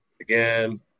again